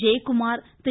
Jayakumar Thiru